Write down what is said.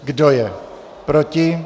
Kdo je proti?